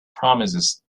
promises